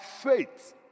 faith